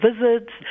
visits